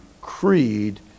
creed